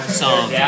song